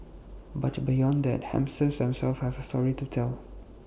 but beyond that hamsters themselves have A story to tell